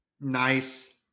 Nice